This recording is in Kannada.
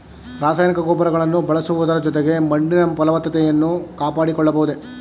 ರಾಸಾಯನಿಕ ಗೊಬ್ಬರಗಳನ್ನು ಬಳಸುವುದರ ಜೊತೆಗೆ ಮಣ್ಣಿನ ಫಲವತ್ತತೆಯನ್ನು ಕಾಪಾಡಿಕೊಳ್ಳಬಹುದೇ?